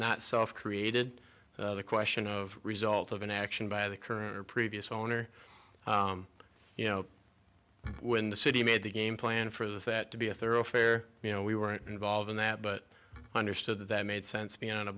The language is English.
not soft created the question of result of an action by the current previous owner you know when the city made the game plan for that to be a thoroughfare you know we weren't involved in that but understood that that made sense be